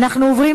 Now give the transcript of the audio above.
אנחנו עוברים